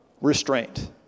restraint